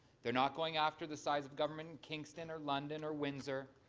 they are not going after the size of government in kingston or london or windsor.